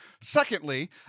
Secondly